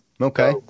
Okay